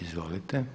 Izvolite.